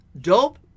dope